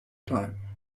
time